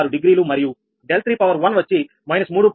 86 degree మరియు 𝛿3వచ్చి −3